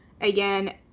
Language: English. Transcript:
again